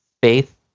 faith